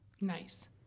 Nice